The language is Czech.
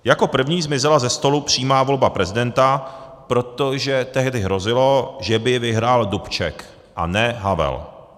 Jako první zmizela ze stolu přímá volba prezidenta, protože tehdy hrozilo, že by vyhrál Dubček, a ne Havel.